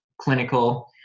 clinical